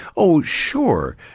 oh sure.